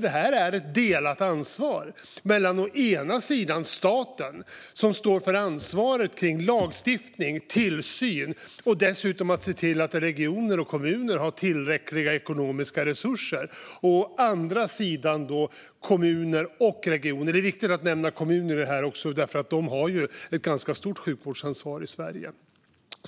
Detta är ett delat ansvar mellan å ena sidan staten, som står för ansvaret kring lagstiftning och tillsyn och dessutom för att se till att regioner och kommuner har tillräckliga ekonomiska resurser, och å andra sidan kommuner och regioner. Det är viktigt att även nämna kommunerna, för de har ett ganska stort sjukvårdsansvar i Sverige.